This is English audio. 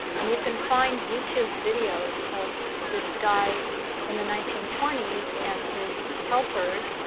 and you can find youtube videos of this guy in the nineteen twenty s and his helpers.